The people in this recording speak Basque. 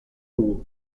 dugu